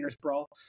Brawl